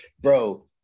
bro